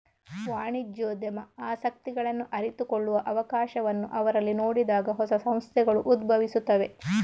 ವಾಣಿಜ್ಯೋದ್ಯಮ ಆಸಕ್ತಿಗಳನ್ನು ಅರಿತುಕೊಳ್ಳುವ ಅವಕಾಶವನ್ನು ಅವರಲ್ಲಿ ನೋಡಿದಾಗ ಹೊಸ ಸಂಸ್ಥೆಗಳು ಉದ್ಭವಿಸುತ್ತವೆ